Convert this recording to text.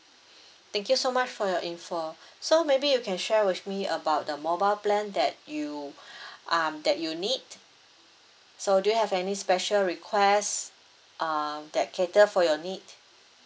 thank you so much for your info so maybe you can share with me about the mobile plan that you um that you need so do you have any special request uh that cater for your need